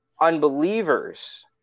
unbelievers